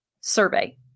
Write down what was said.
survey